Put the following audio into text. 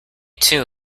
too